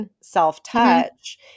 self-touch